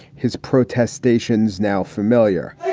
his protestations now familiar.